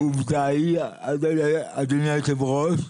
אדוני היו"ר,